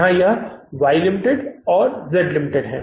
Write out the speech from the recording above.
यहाँ यह Y limited Z limited है